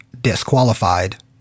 Disqualified